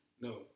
No